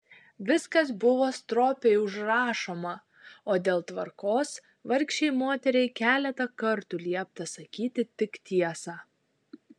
viskas buvo stropiai užrašoma o dėl tvarkos vargšei moteriai keletą kartų liepta sakyti tik tiesą